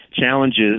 challenges